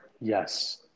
Yes